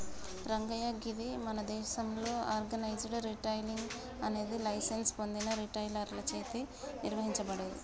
రంగయ్య గీది మన దేసంలో ఆర్గనైజ్డ్ రిటైలింగ్ అనేది లైసెన్స్ పొందిన రిటైలర్లచే నిర్వహించబడేది